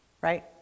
Right